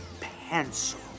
pencil